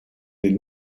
den